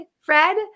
Fred